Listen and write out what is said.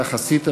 כך עשית,